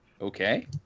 Okay